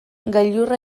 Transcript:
gailurra